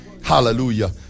Hallelujah